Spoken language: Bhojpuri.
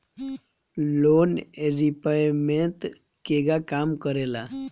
लोन रीपयमेंत केगा काम करेला?